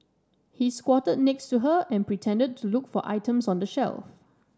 he squatted next to her and pretended to look for items on the shelf